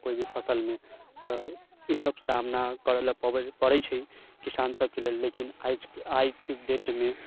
कोइ भी फसलमे तऽ ई सब सामना करऽ लए पड़ै छै किसान सबके लेल लेकिन आइके डेटमे